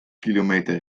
kilometer